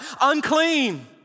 unclean